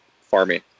farming